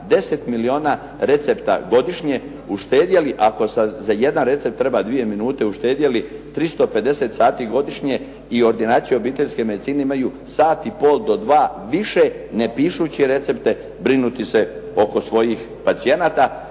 10 milijuna recepta godišnje, uštedjeli ako za jedan recept treba 2 minute, uštedjeli 350 sati godišnje i ordinacije obiteljske medicine imaju sat i pol do dva više ne pišući recepte, brinuti se oko svojih pacijenata.